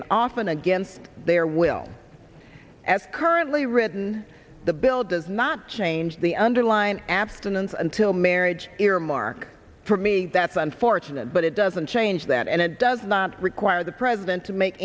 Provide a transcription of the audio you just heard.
and often against their will as currently written the bill does not change the underlying abstinence until marriage earmark for me that's unfortunate but it doesn't change that and it does not require the president to make